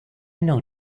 know